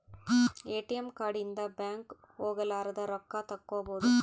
ATM card ಇಂದ bank ಹೋಗಲಾರದ ರೊಕ್ಕ ತಕ್ಕ್ಕೊಬೊದು